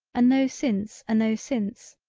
a no since a no since,